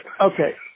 Okay